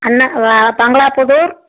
Anna Bangalapudur